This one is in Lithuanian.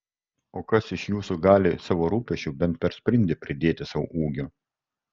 o kas iš jūsų gali savo rūpesčiu bent per sprindį pridėti sau ūgio